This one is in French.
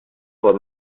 voie